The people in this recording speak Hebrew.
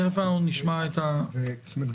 תכף אנחנו נשמע --- זאת אומרת,